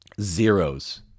zeros